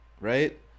right